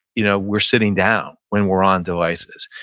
you know we're sitting down when we're on devices.